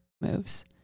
moves